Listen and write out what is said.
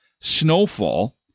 snowfall